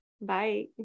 bye